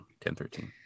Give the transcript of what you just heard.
1013